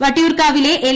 വട്ടിയൂർക്കാവിലെ L